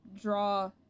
draw